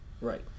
Right